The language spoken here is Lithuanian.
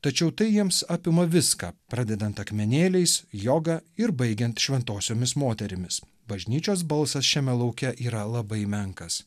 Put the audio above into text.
tačiau tai jiems apima viską pradedant akmenėliais joga ir baigiant šventosiomis moterimis bažnyčios balsas šiame lauke yra labai menkas